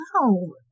No